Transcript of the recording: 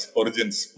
origins